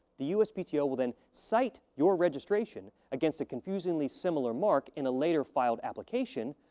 the uspto will then cite your registration against a confusingly similar mark in a later filed application,